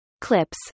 clips